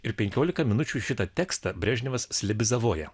ir penkiolika minučių šitą tekstą brežnevas slebizavoja